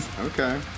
Okay